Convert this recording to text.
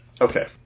Okay